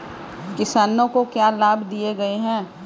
किसानों को क्या लाभ दिए गए हैं?